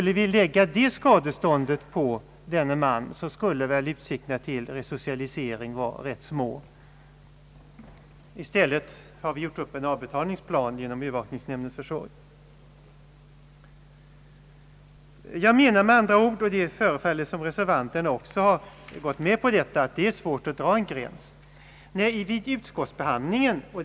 Om vi lade det skadeståndet på införsel i denne mans lön så skulle väl utsikterna till resocialisering vara rätt små. I stället har övervakningsnämnden låtit göra upp en avbetalningsplan. Jag menar med andra ord — och det förefaller som om reservanterna också gått med på detta — att det är svårt att dra en gräns mellan de skadestånd som skulle motivera införsel och de som ej skulle göra det.